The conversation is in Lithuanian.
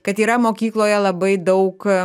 kad yra mokykloje labai daug